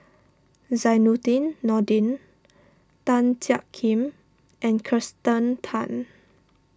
Zainudin Nordin Tan Jiak Kim and Kirsten Tan